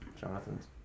Jonathan's